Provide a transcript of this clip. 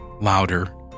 louder